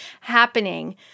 happening